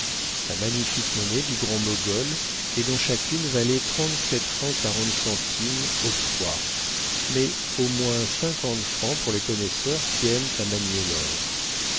la magnifique monnaie du grand-mogol et dont chacune valait trente-sept francs quarante centimes au poids mais au moins cinquante francs pour les connaisseurs qui aiment à manier l'or